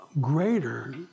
greater